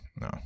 No